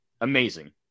amazing